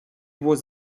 was